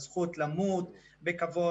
הזכות למות בכבוד